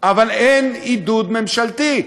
אבל אין עידוד ממשלתי.